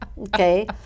Okay